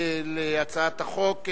על הצעת החוק,